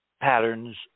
patterns